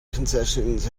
concessions